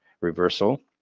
reversal